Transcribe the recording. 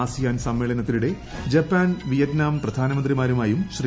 ASEAN സമ്മേളനത്തിനിടെ Japan Vietnam പ്രധാനമന്ത്രിമാരുമായും ശ്രീ